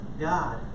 God